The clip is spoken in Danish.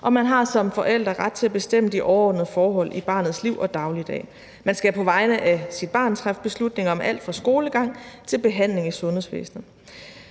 og man har som forældre har ret til at bestemme de overordnede forhold i barnets liv og dagligdag. Man skal på vegne af sit barn træffe beslutning om alt fra skolegang til behandling i sundhedsvæsenet.